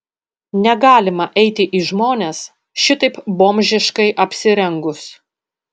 negalima eiti į žmones šitaip bomžiškai apsirengus